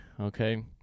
Okay